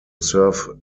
serve